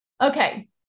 Okay